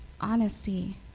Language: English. honesty